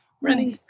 running